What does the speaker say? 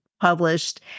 published